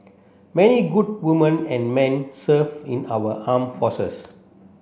many good woman and men serve in our arm forces